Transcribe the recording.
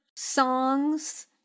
songs